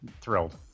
thrilled